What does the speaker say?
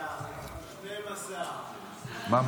15%, 12%. מה?